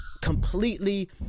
completely